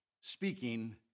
speaking